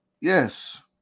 Yes